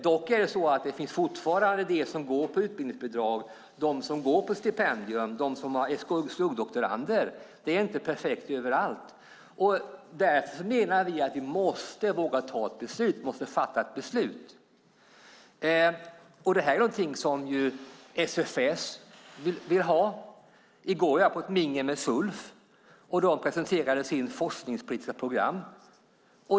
Dock är det så att det fortfarande finns de som går på utbildningsbidrag, de som går på stipendier, de som är skuggdoktorander. Det är inte perfekt överallt. Därför menar vi att vi måste våga fatta ett beslut. Det här är något som SFS vill ha. I går var jag på ett mingel med SULF, och de presenterade sitt forskningspolitiska program.